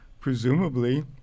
Presumably